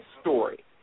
story